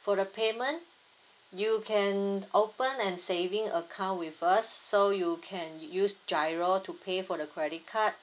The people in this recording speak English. for the payment you can open and saving account with us so you can use GIRO to pay for the credit card